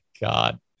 God